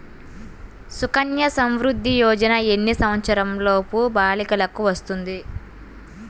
సుకన్య సంవృధ్ది యోజన ఎన్ని సంవత్సరంలోపు బాలికలకు వస్తుంది?